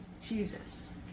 Jesus